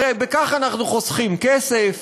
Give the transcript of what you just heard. הרי בכך אנחנו חוסכים כסף,